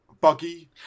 buggy